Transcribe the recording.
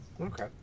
Okay